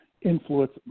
influence